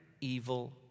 evil